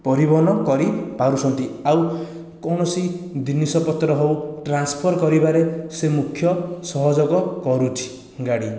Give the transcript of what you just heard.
ପରିବହନ କରିପାରୁଛନ୍ତି ଆଉ କୌଣସି ଜିନିଷପତ୍ର ହେଉ ଟ୍ରାନ୍ସଫର କରିବାରେ ସେ ମୁଖ୍ୟ ସହଯୋଗ କରୁଛି ଗାଡ଼ି